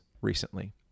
recently